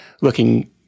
looking